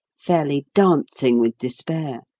fairly dancing with despair. oh,